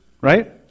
Right